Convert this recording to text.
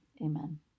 Amen